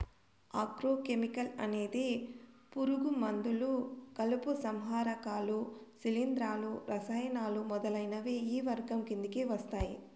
agro chemical అనేది పురుగు మందులు, కలుపు సంహారకాలు, శిలీంధ్రాలు, రసాయనాలు మొదలైనవి ఈ వర్గం కిందకి వస్తాయి